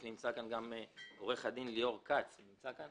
כי נמצא כאן גם עורך הדין ליאור כץ שיפרוט,